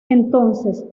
entonces